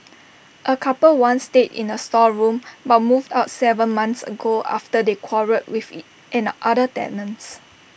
A couple once stayed in the storeroom but moved out Seven months ago after they quarrelled with in other tenants